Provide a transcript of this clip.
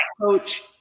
coach